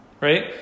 Right